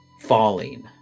falling